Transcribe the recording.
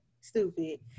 stupid